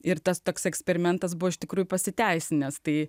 ir tas toks eksperimentas buvo iš tikrųjų pasiteisinęs tai